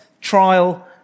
trial